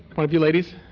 one of you ladies?